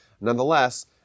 nonetheless